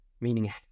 meaning